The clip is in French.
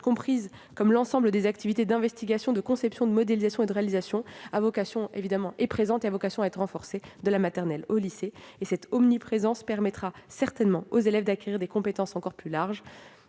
comprise comme l'ensemble des « activités d'investigation, de conception, de modélisation et de réalisation » est présente et a vocation à être renforcée, de la maternelle au lycée. Cette omniprésence permettra aux élèves d'acquérir des compétences encore plus larges